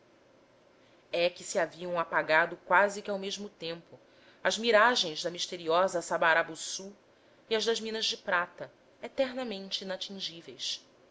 é que se haviam apagado quase que ao mesmo tempo as miragens da misteriosa sabarabuçu e as das minas de prata eternamente inatingíveis